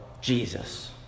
Jesus